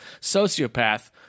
sociopath